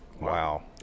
wow